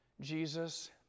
Jesus